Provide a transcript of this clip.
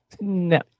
no